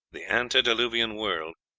the antediluvian world,